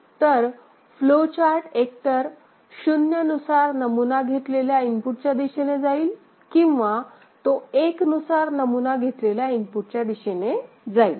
तर flow chart एकतर 0 नुसार नमुना घेतलेल्या इनपुटच्या दिशेने जाईल किंवा तो 1 नुसार नमुना घेतलेल्या इनपुटच्या दिशेने जाईल